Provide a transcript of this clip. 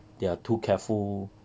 they are too careful